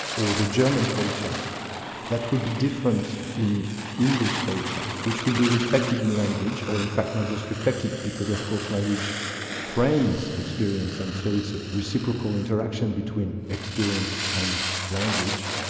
or the german culture that would be different in english culture which would be reflected in language or in fact not just reflected, because of course language frames experience, and so it's a reciprocal interaction between experience and language.